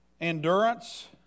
endurance